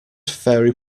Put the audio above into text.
fairy